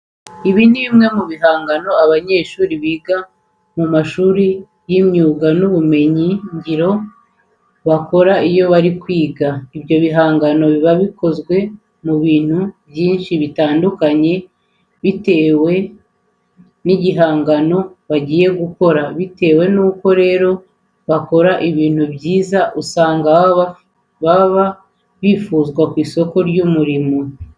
Ibi ni bimwe mu bihangano abanyeshuri biga mu mashuri y'imyuga n'ubumenyingiro bakora iyo bari kwiga. Ibyo bihangano biba bikozwe mu bintu byinshi bitandukanye bitewe n'igihangano bagiye gukora. Bitewe nuko rero bakora ibintu byiza usanga baba bifuzwa ku isoko ry'umurimo.